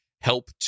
help